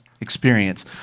experience